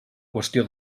qüestió